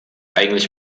eigentlich